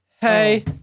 hey